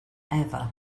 ever